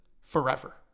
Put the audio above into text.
forever